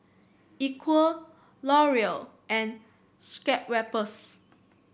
Equal Laurier and Schweppes